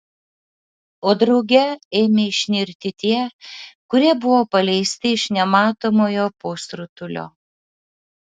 o drauge ėmė išnirti tie kurie buvo paleisti iš nematomojo pusrutulio